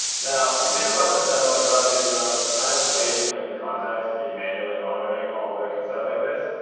now you may have watched this demo and thought to yourself i have way too many contacts to be manually monitoring all of their consent like this.